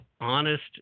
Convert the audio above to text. honest